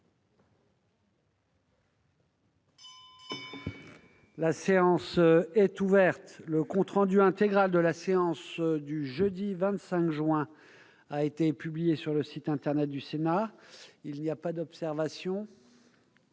La séance est ouverte. Le compte rendu intégral de la séance du jeudi 25 juin 2020 a été publié sur le site internet du Sénat. Il n'y a pas d'observation ?